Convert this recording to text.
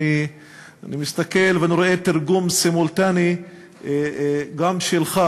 שאני מסתכל ואני רואה תרגום סימולטני גם לך.